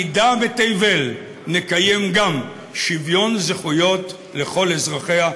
היחידה בתבל, נקיים גם שוויון זכויות לכל אזרחיה.